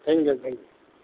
thank you thank